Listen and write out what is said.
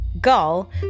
Gull